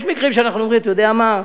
יש מקרים שאנחנו אומרים: אתה יודע מה?